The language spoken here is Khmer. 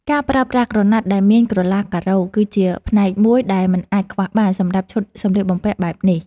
ការប្រើប្រាស់ក្រណាត់ដែលមានក្រឡាការ៉ូ គឺជាផ្នែកមួយដែលមិនអាចខ្វះបានសម្រាប់ឈុតសម្លៀកបំពាក់បែបនេះ។